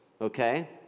Okay